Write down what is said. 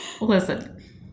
listen